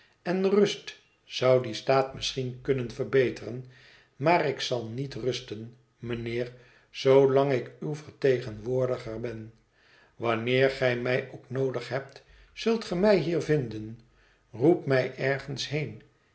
en rust zou dien staat misschien kunnen verbeteren maar ik zal niet rusten mijnheer zoolang ik uw vertegenwoordiger ben wanneer gij mij ook noodig hebt zult ge mij hier vinden roep mij ergens heen